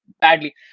badly